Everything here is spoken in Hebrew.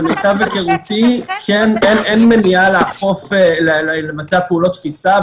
אבל למיטב היכרותי אין מניעה לבצע פעולות תפיסה,